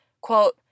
quote